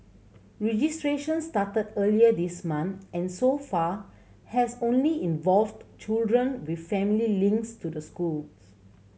registration started earlier this month and so far has only involved children with family links to the schools